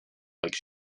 like